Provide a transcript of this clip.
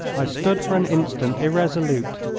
i stood for an instant irresolute,